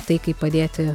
tai kaip padėti